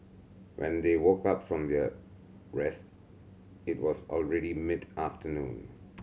when they woke up from their rest it was already mid afternoon